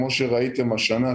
כמו שראיתם השנה,